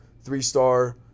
three-star